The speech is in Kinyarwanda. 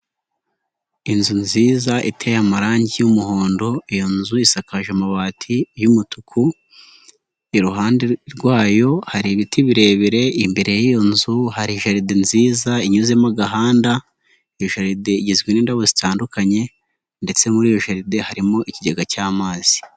Inzu nziza iteye amarangi y'umuhondo, iyo nzu isakaje amabati y'umutuku, iruhande rwayo hari ibiti birebire, imbere y'iyo nzu hari jaride nziza inyuzemo agahanda, iyi jaride igizwe n'indabo zitandukanye ndetse muri jaride harimo ikigega cy'amazi.